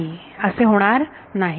नाही असे होणार नाही